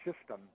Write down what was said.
system